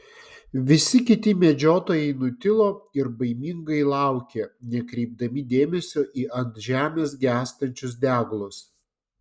visi kiti medžiotojai nutilo ir baimingai laukė nekreipdami dėmesio į ant žemės gęstančius deglus